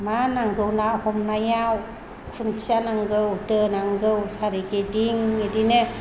मा नांगौ ना हमनायाव खुन्थिया नांगौ दो नांगौ सोरगिदिं बिदिनो